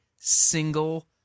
single